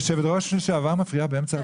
היושבת-ראש לשעבר מפריעה באמצע הצבעה?